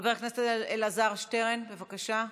חבר הכנסת אלעזר שטרן, בבקשה.